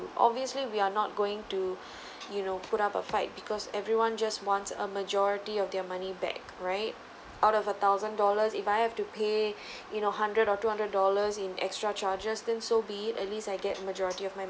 obviously we are not going to you know put up a fight because everyone just wants a majority of their money back right out of a thousand dollars if I have to pay you know a hundred or two hundred dollars in extra charges then so be it at least I get majority of my